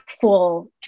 full